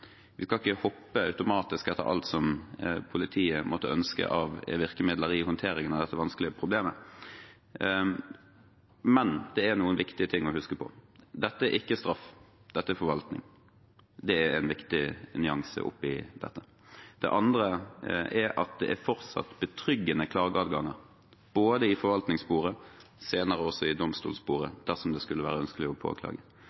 Vi skal ikke hoppe automatisk etter alt som politiet måtte ønske av virkemidler i håndteringen av dette vanskelige problemet. Men det er noen viktige ting å huske på. Dette er ikke straff. Det er forvaltning. Det er en viktig nyanse oppi dette. Det andre er at det fortsatt er betryggende klageadganger både i forvaltningssporet og senere også i